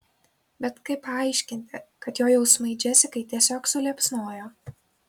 bet kaip paaiškinti kad jo jausmai džesikai tiesiog suliepsnojo